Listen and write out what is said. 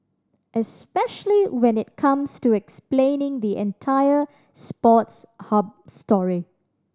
especially when it comes to explaining the entire Sports Hub story